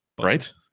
right